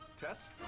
Tess